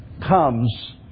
comes